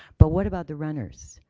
but what about the runners,